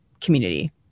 community